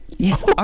Yes